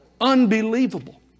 Unbelievable